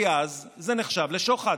כי אז זה נחשב לשוחד.